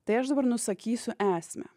tai aš dabar nusakysiu esmę